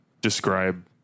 describe